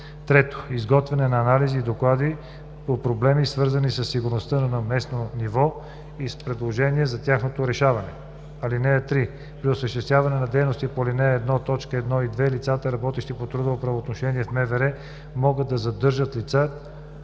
3. изготвяне на анализи и доклади по проблеми, свързани със сигурността на местно ниво, и предложения за тяхното решаване. (3) При осъществяване на дейностите по ал. 1, т. 1 и 2 лица, работещи по трудово правоотношение в МВР, могат да задържат лице,